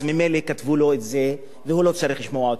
אז ממילא כתבו לו את זה והוא לא צריך לשמוע אותי,